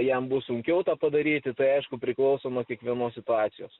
jam bus sunkiau tą padaryti tai aišku priklauso nuo kiekvienos situacijos